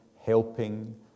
helping